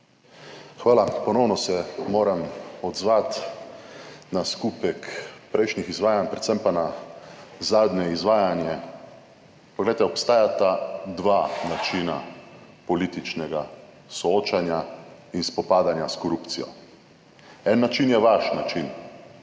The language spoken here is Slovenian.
Hvala. Ponovno se moram odzvati na skupek prejšnjih izvajanj, predvsem pa na zadnje izvajanje. Poglejte, obstajata dva načina političnega soočanja in spopadanja s korupcijo. En način je vaš način,